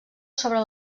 sobre